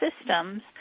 systems